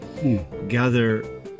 Gather